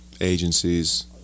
agencies